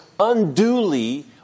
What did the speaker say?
unduly